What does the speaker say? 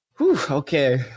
Okay